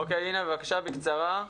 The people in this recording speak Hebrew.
אוקיי, אינה, בבקשה, בקצרה.